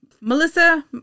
Melissa